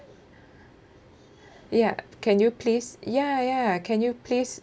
ya can you please ya ya can you please